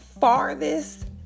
farthest